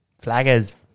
Flaggers